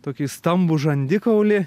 tokį stambų žandikaulį